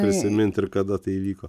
prisimint ir kada tai įvyko